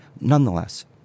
nonetheless